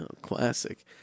Classic